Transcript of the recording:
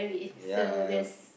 ya